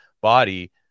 body